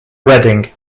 reading